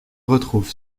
retrouve